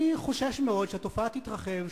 אני חושש מאוד שהתופעה תתרחב,